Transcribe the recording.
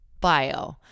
bio